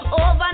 Over